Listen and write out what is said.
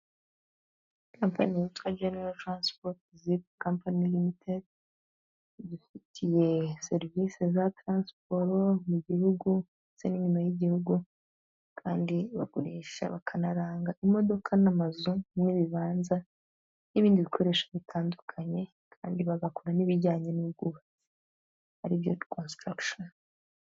Kampani yitwa jenero taransipotizi Kampani Limitedi, igufitiye serivisi za taransiporo mu gihugu ndetse n'inyuma y'igihugu. Kandi bagurisha bakanaranga imodoka n'amazu n'ibibanza n'ibindi bikoresho bitandukanye, kandi bagakora n'ibijyanye n'ubwubatsi aribyo konsutaragishoni.